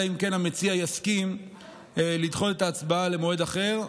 אלא אם כן המציע יסכים לדחות את ההצבעה למועד אחר.